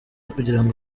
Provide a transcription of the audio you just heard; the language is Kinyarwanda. kugirango